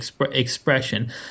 expression